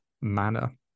manner